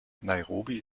nairobi